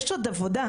יש עוד עבודה,